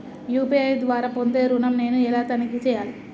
UPI ద్వారా పొందే ఋణం నేను ఎలా తనిఖీ చేయాలి?